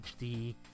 HD